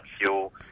fuel